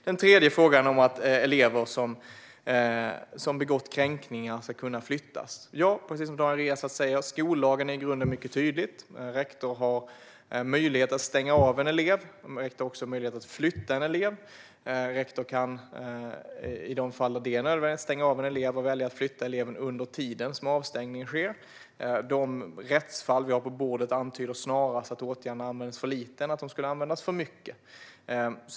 Den tredje frågan handlade om att elever som har begått kränkningar ska kunna flyttas. Ja, precis som Daniel Riazat säger är skollagen i grunden mycket tydlig. Rektor har möjlighet att stänga av en elev och också att flytta en elev. Rektor kan också stänga av en elev och välja att flytta eleven under den tid som avstängningen sker. De rättsfall som vi har på bordet antyder att åtgärderna används för lite snarare än för mycket.